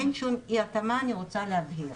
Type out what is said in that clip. אין שום אי-התאמה, אני רוצה להבהיר.